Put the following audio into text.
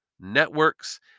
networks